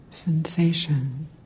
sensation